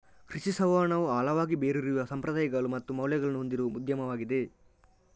ಕೃಷಿ ಸಂವಹನವು ಆಳವಾಗಿ ಬೇರೂರಿರುವ ಸಂಪ್ರದಾಯಗಳು ಮತ್ತು ಮೌಲ್ಯಗಳನ್ನು ಹೊಂದಿರುವ ಉದ್ಯಮವಾಗಿದೆ